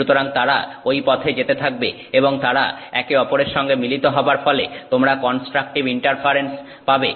সুতরাং তারা ঐ পথে যেতে থাকবে এবং তারা একে অপরের সঙ্গে মিলিত হবার ফলে তোমরা কনস্ট্রাকটিভ ইন্টারফারেন্স পাবে